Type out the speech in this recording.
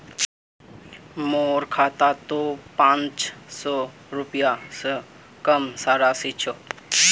मोर खातात त पांच सौ रुपए स कम राशि छ